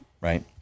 right